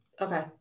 Okay